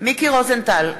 מיקי רוזנטל,